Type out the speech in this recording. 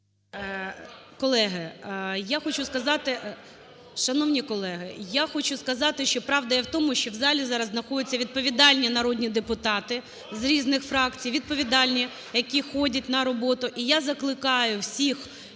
Шановні колеги, я хочу сказати, що правда є у тому, що у залі зараз знаходяться відповідальні народні депутати з різних фракцій, відповідальні, які ходять на роботу. І я закликаю всіх